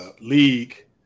league